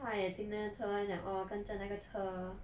!haiya! 今天的车她讲 orh 跟着那个车